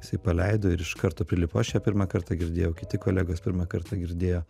jisai paleido ir iš karto prilipo aš ją pirmą kartą girdėjau kiti kolegos pirmą kartą girdėjo